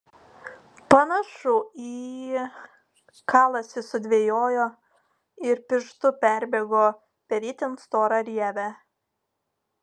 panašu į kalasi sudvejojo ir pirštu perbėgo per itin storą rievę